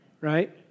Right